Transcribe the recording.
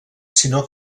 sinó